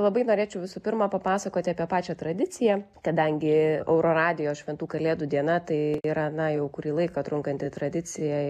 labai norėčiau visų pirma papasakot apie pačią tradiciją kadangi euroradijo šventų kalėdų diena tai yra na jau kurį laiką trunkanti tradicija